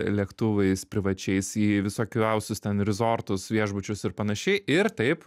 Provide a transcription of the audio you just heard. lėktuvais privačiais į visokiausius ten rezortus viešbučius ir panašiai ir taip